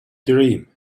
dream